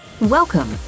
Welcome